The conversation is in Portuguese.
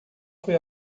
foi